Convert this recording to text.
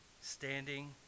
Standing